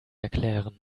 erklären